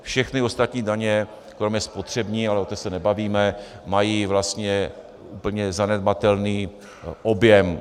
Všechny ostatní daně kromě spotřební, ale o té se nebavíme, mají vlastně úplně zanedbatelný objem.